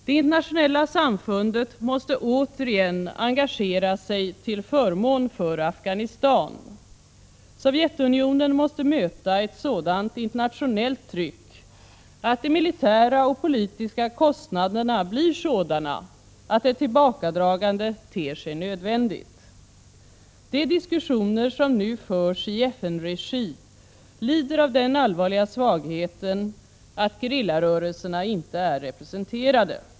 Det internationella samfundet måste återigen engagera sig till förmån för Afghanistan. Sovjetunionen måste möta ett sådant internationellt tryck att de militära och politiska kostnaderna blir sådana att ett tillbakadragande ter sig nödvändigt. De diskussioner som nu förs i FN-regi lider av den allvarliga svagheten att gerillarörelserna inte är representerade.